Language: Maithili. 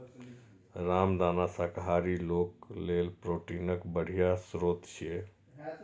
रामदाना शाकाहारी लोक लेल प्रोटीनक बढ़िया स्रोत छियै